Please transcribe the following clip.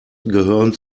gehören